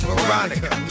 Veronica